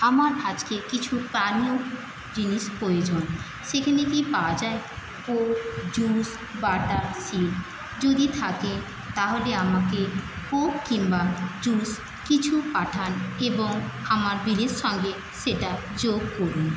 আমার আজকে কিছু পানীয় জিনিস প্রয়োজন সেখানে কি পাওয়া যায় কোক জুস বা যদি থাকে তাহলে আমাকে কোক কিংবা জুস কিছু পাঠান এবং আমার বিলের সঙ্গে সেটা যোগ করুন